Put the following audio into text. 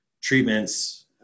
treatments